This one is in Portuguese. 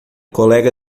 colega